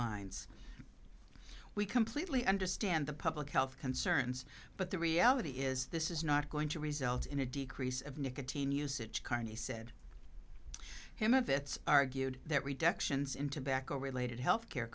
lines we completely understand the public health concerns but the reality is this is not going to result in a decrease of nicotine usage carney said him of it argued that reductions into the eco related health care